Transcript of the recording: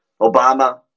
Obama